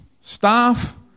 staff